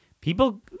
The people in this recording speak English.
People